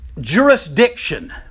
jurisdiction